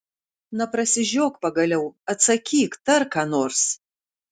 na prasižiok pagaliau atsakyk tark ką nors